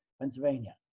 Pennsylvania